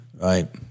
right